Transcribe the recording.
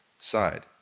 side